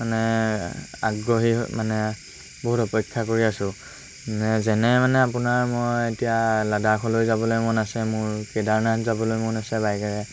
মানে আগ্ৰহী মানে বহুত অপেক্ষা কৰি আছোঁ যেনে মানে আপোনাৰ মই এতিয়া লাডাখলৈ যাবলৈ মন আছে মোৰ কেদাৰনাথ যাবলৈ মন আছে বাইকেৰে